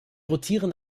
rotieren